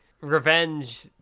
revenge